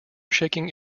shaking